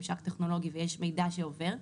ממשק טכנולוגי ויש מידע שעובר.